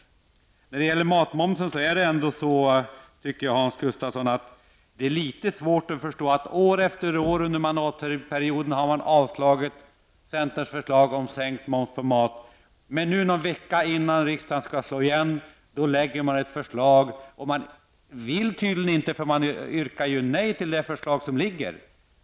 När det gäller matmomsen, Hans Gustafsson, är det svårt att förstå att man år efter år under mandatperioden har avslagit centerns förslag på sänkt moms på mat, men nu, någon vecka innan riksdagen skall slå igen, lägger fram ett förslag, samtidigt som man yrkar avslag på det förslag som ligger!